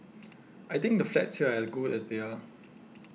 I think the flats here are good as they are